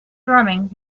drumming